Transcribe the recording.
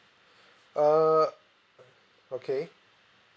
err uh okay